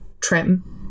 trim